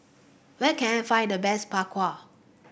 where can I find the best Bak Kwa